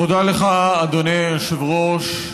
תודה לך, אדוני היושב-ראש.